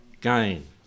gain